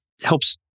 helps